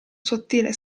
sottile